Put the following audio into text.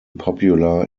popular